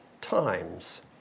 times